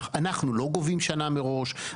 אנחנו לא גובים שנה מראש.